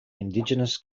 indigenous